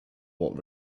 what